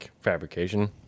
fabrication